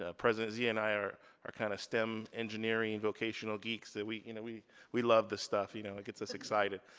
ah president zia and i are are kind of stem, engineering and vocational geeks that we, you know we we love the stuff, you know it gets us excited.